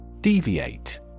Deviate